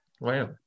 wow